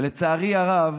לצערי הרב,